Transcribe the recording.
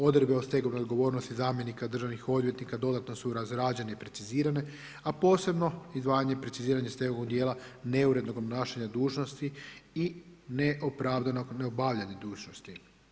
Odredbe o stegovnoj odgovornosti zamjenika državnih odvjetnika dodatno su razrađene i precizirane, a posebno i zvanje preciziranje stegovnog dijela neurednog obnašanja dužnosti i ne opravdanog neobavljanja dužnosti.